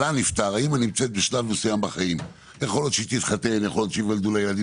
שנפטר - יכול להיות שהיא תתחתן וייוולדו לה ילדים